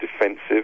defensive